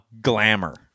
glamour